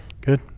Good